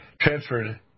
transferred